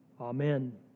Amen